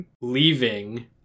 leaving